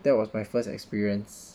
that was my first experience